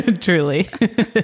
Truly